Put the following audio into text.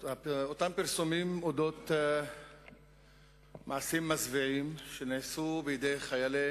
אותם פרסומים על מעשים מזוויעים שנעשו בידי חיילי